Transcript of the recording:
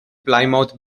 plymouth